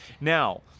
Now